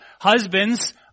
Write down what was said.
Husbands